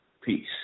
Peace